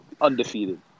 Undefeated